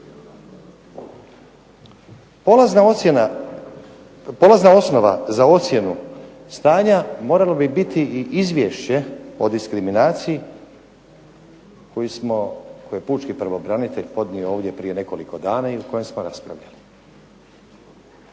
Polazna osnova za ocjenu stanja moralo bi biti i Izvješće o diskriminaciji koje je pučki pravobranitelj podnio ovdje prije nekoliko dana i o kojem smo raspravljali.